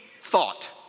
thought